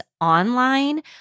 online